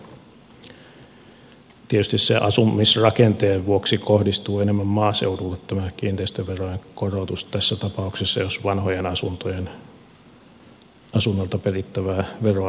tietysti sen asumisrakenteen vuoksi kohdistuu enemmän maaseudulle tämä kiinteistöverojen korotus tässä tapauksessa jos vanhoilta asunnoilta perittävää veroa nostetaan